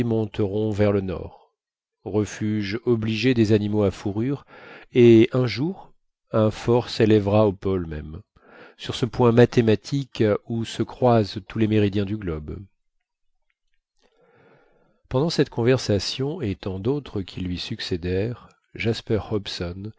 monteront vers le nord refuge obligé des animaux à fourrure et un jour un fort s'élèvera au pôle même sur ce point mathématique où se croisent tous les méridiens du globe pendant cette conversation et tant d'autres qui lui succédèrent